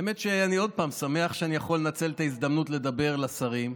האמת היא שאני עוד פעם שמח שאני יכול לנצל את ההזדמנות לדבר לשרים.